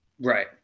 Right